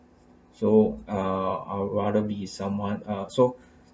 so ah I would rather be someone ah so